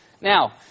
Now